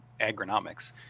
agronomics